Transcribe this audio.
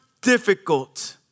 difficult